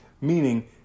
Meaning